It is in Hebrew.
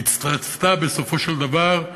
התרצתה בסופו של דבר,